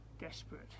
desperate